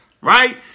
right